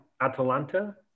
Atalanta